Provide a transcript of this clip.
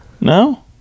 No